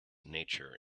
nature